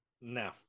No